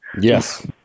Yes